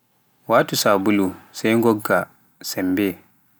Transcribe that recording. waatu sabull sai ngogga sembe.